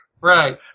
Right